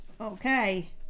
Okay